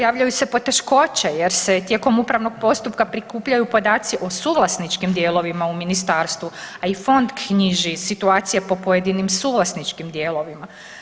Javljaju se poteškoće jer se tijekom upravnog postupka prikupljaju podaci o suvlasničkim dijelovima u ministarstvu, a i fond knjiži situacije po pojedinim suvlasničkim dijelovima.